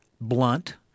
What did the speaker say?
blunt